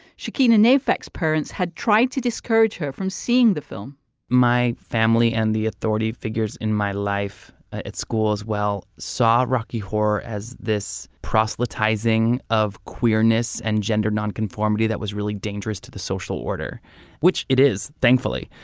she keenan effects parents had tried to discourage her from seeing the film my family and the authority figures in my life at school as well saw rocky horror as this proselytizing of queerness and gender nonconformity. that was really dangerous to the social order which it is thankfully.